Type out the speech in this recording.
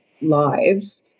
lives